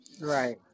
Right